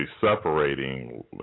separating